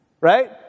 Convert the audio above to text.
right